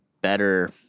better